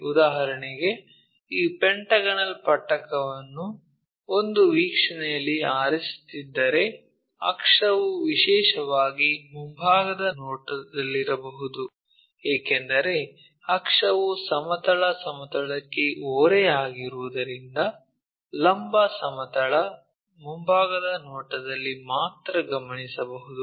ಉದಾಹರಣೆಗೆ ಈ ಪೆಂಟಾಗೋನಲ್ ಪಟ್ಟಕಗಳನ್ನು ಒಂದು ವೀಕ್ಷಣೆಯಲ್ಲಿ ಆರಿಸುತ್ತಿದ್ದರೆ ಅಕ್ಷವು ವಿಶೇಷವಾಗಿ ಮುಂಭಾಗದ ನೋಟದಲ್ಲಿರಬಹುದು ಏಕೆಂದರೆ ಅಕ್ಷವು ಸಮತಲ ಸಮತಲಕ್ಕೆ ಓರೆಯಾಗಿರುವುದರಿಂದ ಲಂಬ ಸಮತಲ ಮುಂಭಾಗದ ನೋಟದಲ್ಲಿ ಮಾತ್ರ ಗಮನಿಸಬಹುದು